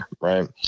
Right